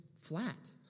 flat